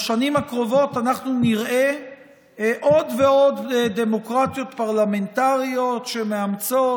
בשנים הקרובות אנחנו נראה עוד ועוד דמוקרטיות פרלמנטריות שמאמצות